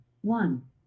one